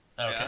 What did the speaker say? Okay